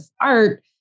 art